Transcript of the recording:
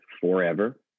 forever